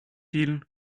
ils